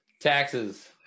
taxes